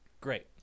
Great